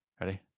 Ready